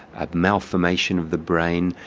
a malformation of the brain.